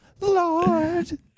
Lord